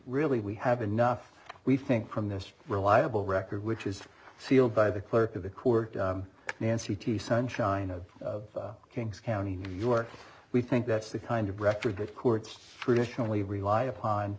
really we have enough we think from this reliable record which is sealed by the clerk of the court nancy t sunshine of kings county new york we think that's the kind of record that courts traditionally rely upon